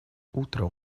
утро